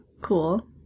cool